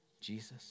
Jesus